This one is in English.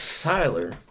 Tyler